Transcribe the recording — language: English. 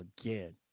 again